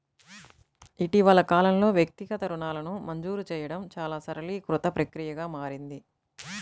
ఇటీవలి కాలంలో, వ్యక్తిగత రుణాలను మంజూరు చేయడం చాలా సరళీకృత ప్రక్రియగా మారింది